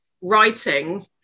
writing